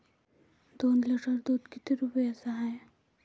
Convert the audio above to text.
दोन लिटर दुध किती रुप्याचं हाये?